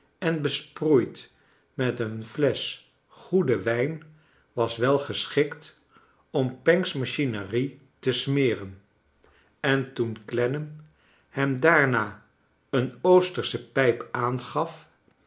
en besproeid met een flesch goeden wijn was wel geschikt om panck's machinerie te smeren en toen clennam hem daarna een oostersche pijp aangaf